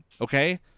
okay